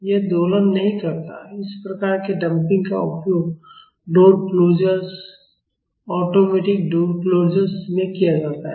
यह दोलन नहीं करता है इस प्रकार के डंपिंग का उपयोग door closers automatic door closers में किया जाता है